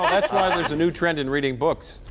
that's why there's a new flend and reading books,